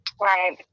Right